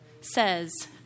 says